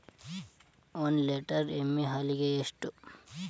ಒಂದು ಲೇಟರ್ ಎಮ್ಮಿ ಹಾಲಿಗೆ ಎಷ್ಟು?